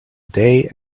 day